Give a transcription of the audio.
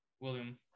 William